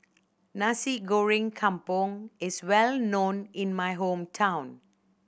Nasi Goreng Kampung is well known in my hometown